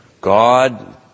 God